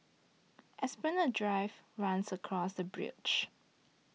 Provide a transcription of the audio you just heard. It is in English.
Esplanade Drive runs across the bridge